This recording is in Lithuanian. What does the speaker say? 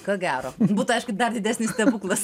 ko gero būtų aišku dar didesnis stebuklas